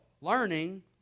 Learning